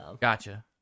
Gotcha